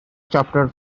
chapter